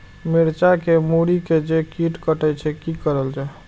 मिरचाय के मुरी के जे कीट कटे छे की करल जाय?